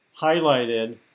highlighted